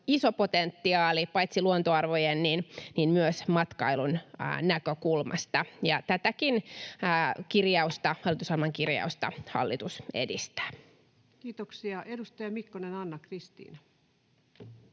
iso potentiaali paitsi luontoarvojen myös matkailun näkökulmasta. Ja tätäkin hallitusohjelman kirjausta hallitus edistää. [Speech 172] Speaker: Ensimmäinen